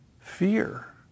fear